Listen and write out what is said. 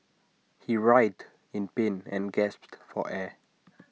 he writhed in pain and gasped for air